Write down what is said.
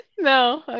No